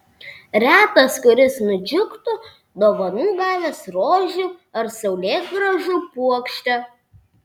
retas kuris nudžiugtų dovanų gavęs rožių ar saulėgrąžų puokštę